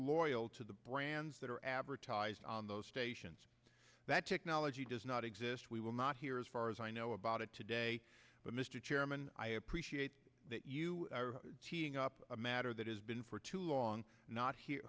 loyal to the brands that are advertised on those stations that technology does not exist we will not hear as far as i know about it today but mr chairman i appreciate that you are up a matter that has been for too long not here